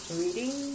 reading